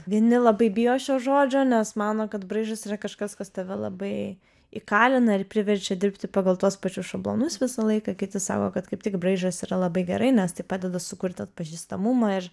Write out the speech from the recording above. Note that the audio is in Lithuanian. vieni labai bijo šio žodžio nes mano kad braižas yra kažkas kas tave labai įkalina ir priverčia dirbti pagal tuos pačius šablonus visą laiką kiti sako kad kaip tik braižas yra labai gerai nes tai padeda sukurti atpažįstamumą ir